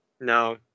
No